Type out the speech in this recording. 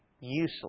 Useless